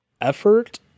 effort